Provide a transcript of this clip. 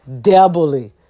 doubly